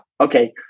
Okay